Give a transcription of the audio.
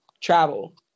travel